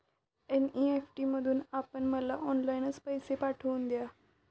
NEFT मधून आपण मला ऑनलाईनच पैसे पाठवून द्या